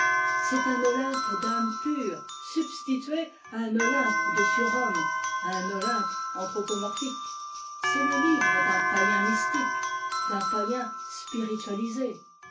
c'est un olympe d'âmes pures substitué à un olympe de surhommes à un olympe anthropomorphique c'est le livre d'un païen mystique d'un païen spiritualisé